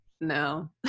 no